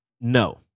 No